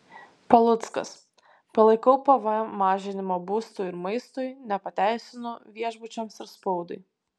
paluckas palaikau pvm mažinimą būstui ir maistui nepateisinu viešbučiams ir spaudai